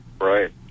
Right